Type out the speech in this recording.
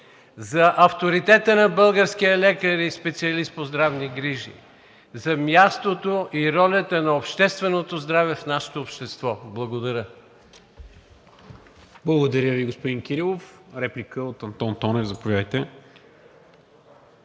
за авторитета на българския лекар и специалист по здравни грижи, за мястото и ролята на общественото здраве в нашето общество. Благодаря. ПРЕДСЕДАТЕЛ НИКОЛА МИНЧЕВ: Благодаря Ви, господин Кирилов. Реплика от Антон Тонев, заповядайте.